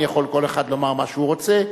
יכול כל אחד לומר מה שהוא רוצה,